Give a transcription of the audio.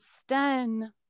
Sten